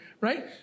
Right